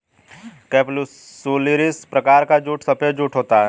capsularis प्रकार का jute सफेद जूट होता है